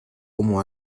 como